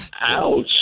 ouch